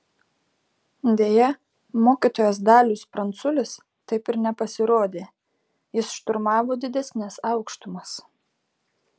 deja mokytojas dalius pranculis taip ir nepasirodė jis šturmavo didesnes aukštumas